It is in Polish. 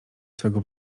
swego